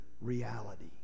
reality